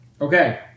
Okay